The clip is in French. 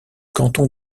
canton